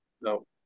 No